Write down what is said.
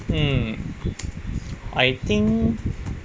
um I think